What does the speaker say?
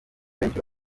benshi